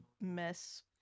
mess